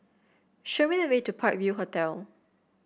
show me the way to Park View Hotel